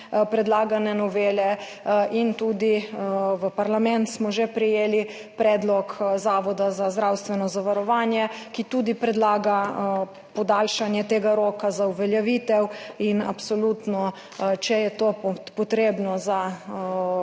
predlagane novele, in v parlament smo že prejeli predlog Zavoda za zdravstveno zavarovanje, ki tudi predlaga podaljšanje tega roka za uveljavitev. Absolutno, če je to potrebno za